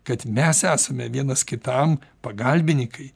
kad mes esame vienas kitam pagalbininkai